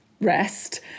rest